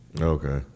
Okay